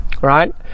Right